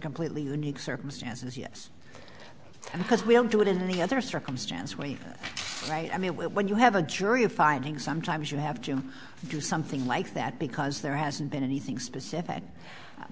completely unique circumstance is yes because we'll do it in the other circumstance where you are right i mean when you have a jury of finding sometimes you have to do something like that because there hasn't been anything specific